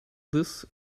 this